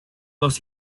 dos